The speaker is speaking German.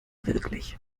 wirklich